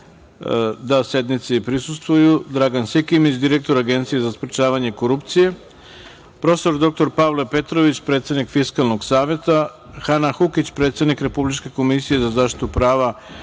da sednici prisustvuju Dragan Sikimić, direktor Agencije za sprečavanje korupcije; prof. dr Pavle Petrović, predsednik Fiskalnog saveta; Hana Hukić, predsednik Republičke komisije za zaštitu prava